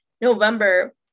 November